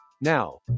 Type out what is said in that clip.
Now